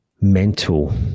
mental